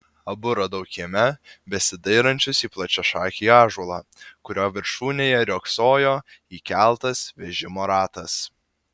abu radau kieme besidairančius į plačiašakį ąžuolą kurio viršūnėje riogsojo įkeltas vežimo ratas